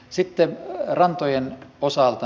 sitten rantojen osalta